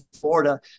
Florida